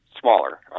Smaller